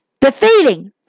defeating